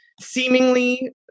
seemingly